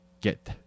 get